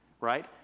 right